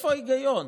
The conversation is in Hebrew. איפה ההיגיון?